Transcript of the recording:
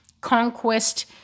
conquest